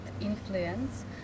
influence